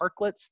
parklets